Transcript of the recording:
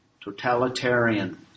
Totalitarian